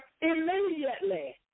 immediately